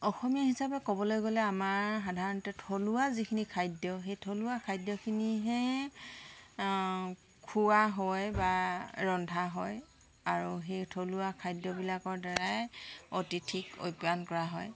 অসমীয়া হিচাপে ক'বলৈ গ'লে আমাৰ সাধাৰণতে থলুৱা যিখিনি খাদ্য সেই থলুৱা খাদ্যখিনিহে খোৱা হয় বা ৰন্ধা হয় আৰু সেই থলুৱা খাদ্যবিলাকৰ দ্বাৰাই অতিথিক আপ্যায়ন কৰা হয়